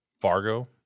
Fargo